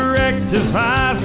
rectify